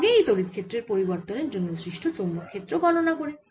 আগে এই তড়িৎ ক্ষেত্রের পরিবর্তনের জন্য সৃষ্ট চৌম্বক ক্ষেত্র গণনা করি